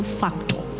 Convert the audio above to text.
factor